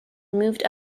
moved